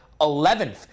11th